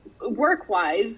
work-wise